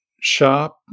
sharp